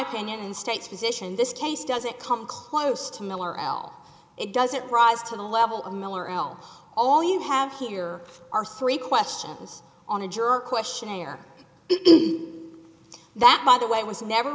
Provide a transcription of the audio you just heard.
opinion and state's position in this case doesn't come close to miller al it doesn't rise to the level of miller l hall you have here are three questions on a jury questionnaire that by the way was never